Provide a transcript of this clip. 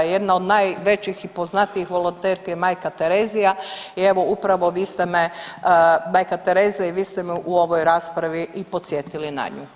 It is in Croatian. Jedna od najvećih i poznatijih volonterki je Majka Terezija i evo upravo vi ste me, Majka Tereza i vi ste me u ovoj raspravi i podsjetili na nju.